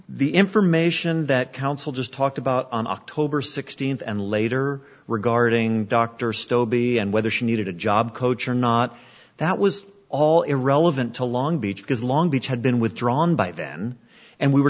information that council just talked about on october sixteenth and later regarding dr sto be and whether she needed a job or not that was all irrelevant to long beach because long beach had been withdrawn by then and we were